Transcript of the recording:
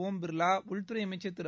ஓம் பிாலா உள்துறை அமைச்சர் திரு